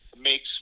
makes